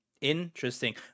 Interesting